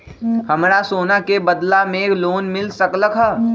हमरा सोना के बदला में लोन मिल सकलक ह?